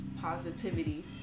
positivity